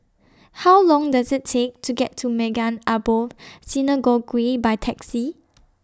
How Long Does IT Take to get to Maghain Aboth Synagogue By Taxi